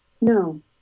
No